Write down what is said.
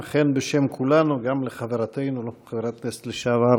אכן, בשם כולנו, גם לחברתנו חברת הכנסת לשעבר